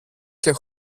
και